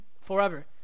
forever